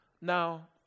Now